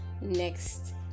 next